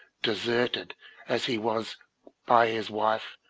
deserted as he was by his wife,